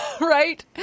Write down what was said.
Right